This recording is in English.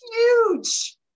huge